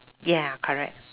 ya correct